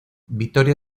vitoria